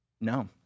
No